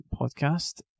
podcast